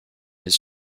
his